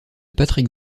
patrick